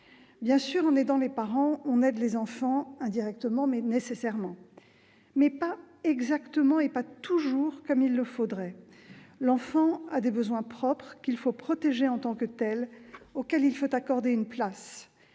Bien sûr, en aidant les parents, on aide les enfants, indirectement mais nécessairement ; pour autant, on ne les aide pas « exactement » et pas toujours comme il le faudrait. L'enfant a des besoins propres qu'il faut protéger en tant que tels, auxquels il faut accorder une place.